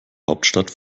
hauptstadt